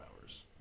hours